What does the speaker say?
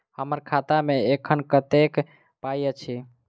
हम्मर खाता मे एखन कतेक पाई अछि?